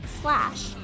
slash